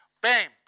Bam